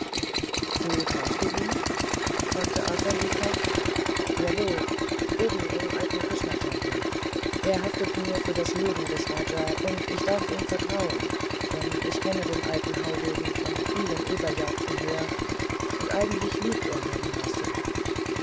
so trafst du ihn fragte arthur lebhaft jawohl oben im alten krishna tempel er haftet mir für das leben des raja und ich darf ihm vertrauen denn ich kenne den alten haudegen von so vielen eberjagden her und eigentlich liebt er navina singh